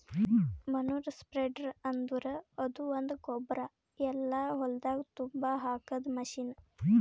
manure spreader ಅಂದುರ್ ಅದು ಒಂದು ಗೊಬ್ಬರ ಎಲ್ಲಾ ಹೊಲ್ದಾಗ್ ತುಂಬಾ ಹಾಕದ್ ಮಷೀನ್